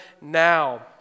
now